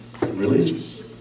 religious